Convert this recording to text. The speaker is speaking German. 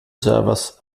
servers